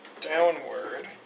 downward